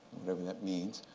whatever that means.